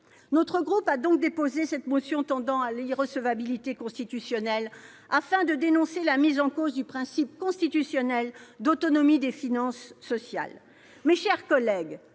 Notre groupe a donc déposé cette motion tendant à opposer l'irrecevabilité constitutionnelle, afin de dénoncer la mise en cause du principe constitutionnel d'autonomie des finances sociales. Mes chers collègues,